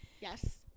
Yes